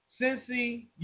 Cincy